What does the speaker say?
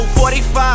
45